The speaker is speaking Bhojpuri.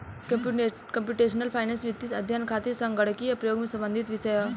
कंप्यूटेशनल फाइनेंस वित्तीय अध्ययन खातिर संगणकीय प्रयोग से संबंधित विषय ह